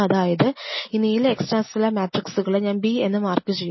അതായത് ഈ നീല എക്സ്ട്രാ സെല്ലുലാർ മാട്രിക്സ്സുകളെ ഞാൻ B എന്നു മാർക്ക് ചെയ്തു